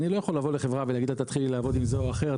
אני לא יכול לבוא לחברה ולומר לה להתחיל עם זו או אחרת,